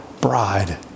bride